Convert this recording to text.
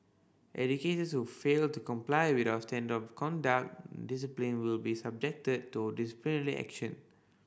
educators who fail to comply with our standards of conduct discipline will be subjected to disciplinary action